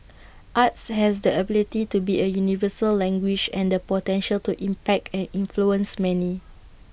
arts has the ability to be A universal language and the potential to impact and influence many